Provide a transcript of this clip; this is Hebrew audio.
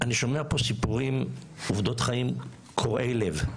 אני שומע פה סיפורים, עובדות חיים, קורעי לב.